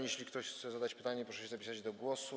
Jeśli ktoś chce zadać pytanie, proszę się zapisać do głosu.